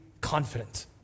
confident